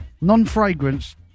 non-fragrance